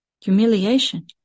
Humiliation